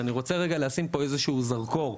אני רוצה לשים כאן איזשהו זרקור.